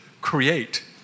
Create